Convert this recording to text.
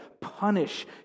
punish